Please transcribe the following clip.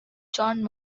john